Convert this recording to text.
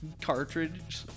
cartridge